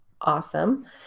awesome